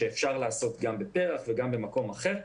אפשר לעשות גם בפר"ח וגם במקום אחר.